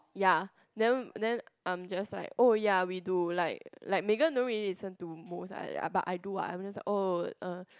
ya then then I'm just like oh ya we do like like Megan don't really listen to most uh like that but I do uh oh uh